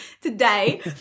today